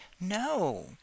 No